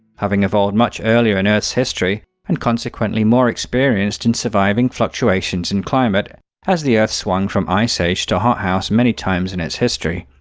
having evolved much earlier in earth's history, and consequently more experienced in surviving fluctuations in climate, as the earth swung from ice-age to hot-house many times in its history.